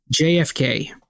jfk